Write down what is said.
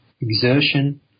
exertion